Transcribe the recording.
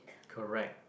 correct